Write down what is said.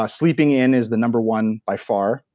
ah sleeping in is the number one by far,